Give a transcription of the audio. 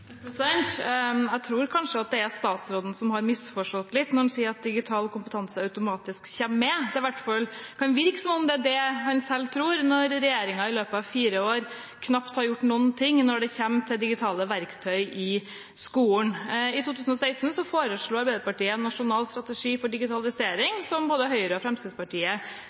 Jeg tror kanskje at statsråden har misforstått litt når han sier at digital kompetanse automatisk kommer med. Det kan i hvert fall virke som det er det han tror når regjeringen i løpet av fire år knapt har gjort noe når det gjelder digitale verktøy i skolen. I 2016 foreslo Arbeiderpartiet en nasjonal strategi for digitalisering, som både Høyre og Fremskrittspartiet